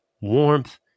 warmth